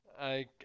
I-